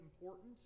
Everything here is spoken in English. important